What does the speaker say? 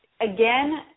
again